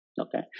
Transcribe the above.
okay